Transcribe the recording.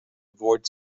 avoid